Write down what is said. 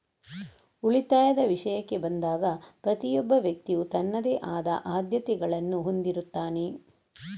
ಉಳಿತಾಯದ ವಿಷಯಕ್ಕೆ ಬಂದಾಗ ಪ್ರತಿಯೊಬ್ಬ ವ್ಯಕ್ತಿಯು ತನ್ನದೇ ಆದ ಆದ್ಯತೆಗಳನ್ನು ಹೊಂದಿರುತ್ತಾನೆ